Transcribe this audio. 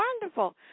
Wonderful